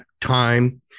time